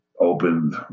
opened